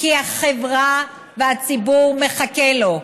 כי החברה והציבור מחכים לו.